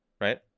right